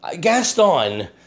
Gaston